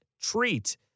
treat